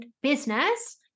business